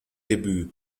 debüt